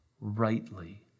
rightly